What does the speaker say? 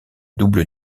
double